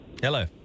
Hello